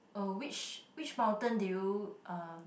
uh which which mountain did you uh